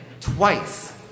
twice